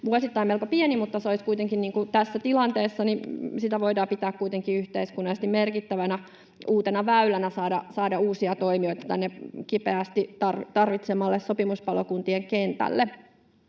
vuosittain melko pieni, tässä tilanteessa sitä voidaan pitää kuitenkin yhteiskunnallisesti merkittävänä uutena väylänä saada kipeästi tarvittuja uusia toimijoita tänne sopimuspalokuntien kentälle.